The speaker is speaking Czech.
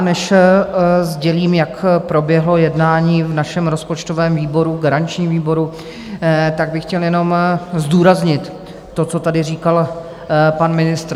Než sdělím, jak proběhlo jednání v našem rozpočtovém garančním výboru, tak bych chtěl jenom zdůraznit to, co tady říkal pan ministr.